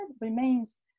remains